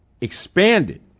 expanded